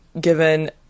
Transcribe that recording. given